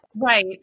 Right